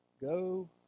go